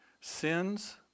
sins